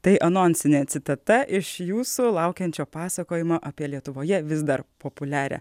tai anonsinė citata iš jūsų laukiančio pasakojimo apie lietuvoje vis dar populiarią